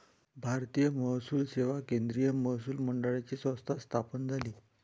भारतीय महसूल सेवा केंद्रीय महसूल मंडळाची संस्था स्थापन झाली